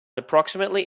approximately